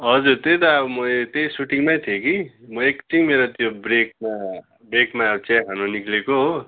हजुर त्यही त अब मै सुटिङमै थिएँ कि म एक दुई मिनट त्यो ब्रेकमा ब्रेकमा चिया खान निक्लिएको हो